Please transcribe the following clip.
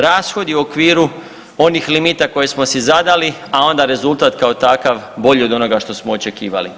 Rashodi u okviru onih limita koje smo si zadali, a onda rezultat kao takav bolji od onoga što smo očekivali.